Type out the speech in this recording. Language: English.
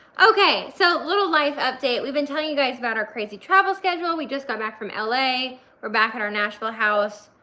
okay, so little life update. we've been telling you guys about our crazy travel schedule. we just got back from la. we're back at our nashville house.